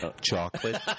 chocolate